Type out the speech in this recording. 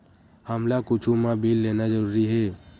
हमला कुछु मा बिल लेना जरूरी हे?